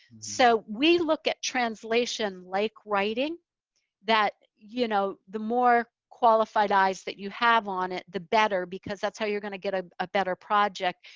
so we look at translation like writing that you know the more qualified eyes that you have on the better, because that's how you're going to get a ah better project.